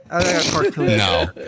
No